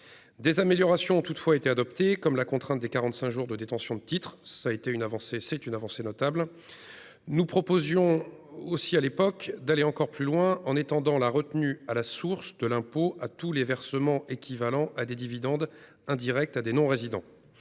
Des améliorations ont toutefois été adoptées, comme la contrainte des 45 jours de détention du titre. C'est une avancée notable. Nous proposions à l'époque d'aller encore plus loin, en étendant la retenue à la source de l'impôt à tous les versements équivalant à des dividendes indirects à des non-résidents.